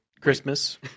Christmas